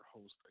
host